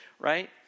right